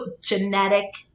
genetic